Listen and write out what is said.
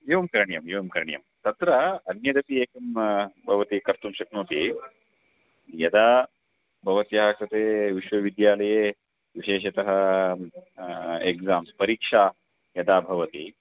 एवं करणीयम् एवं करणीयं तत्र अन्यदपि एकं भवति कर्तुं शक्नोति यदा भवत्याः कृते विश्वविद्यालये विशेषतः एक्साम्स् परीक्षा यदा भवति